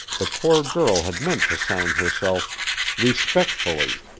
the poor girl had meant to sign herself respectfully,